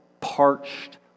parched